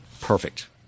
Perfect